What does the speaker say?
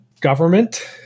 government